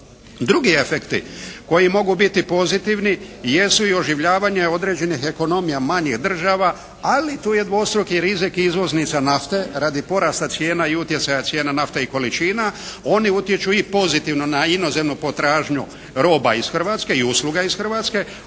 Drugi efekti koji mogu biti pozitivni jesu i oživljavanje određenih ekonomija manjih država, ali tu je dvostruki rizik izvoznica nafte radi porasta cijena i utjecaja cijena nafte i količina. Oni utječu i pozitivno na inozemnu potražnju roba iz Hrvatske i usluga iz Hrvatske.